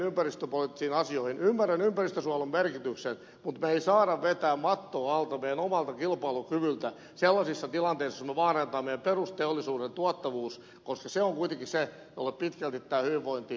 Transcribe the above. ymmärrän ympäristönsuojelun merkityksen mutta me emme saa vetää mattoa alta meidän omalta kilpailukyvyltämme sellaisissa tilanteissa joissa se vaarantaa meidän perusteollisuutemme tuottavuuden koska se on kuitenkin se jolle pitkälti tämä hyvinvointi rakentuu myös tulevaisuudessa